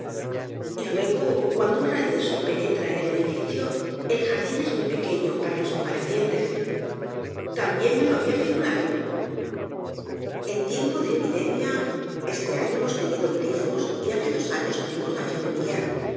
y luego cuando un rayo de sol penetra en el edificio el jardin es muy pequeño para los convalecientes tambien me lo habia figurado en tiempo de epidemia este año hemos tenido el tifus y hace dos años tuvimos la fiebre miliar se juntan tantos enfermos mas de ciento que no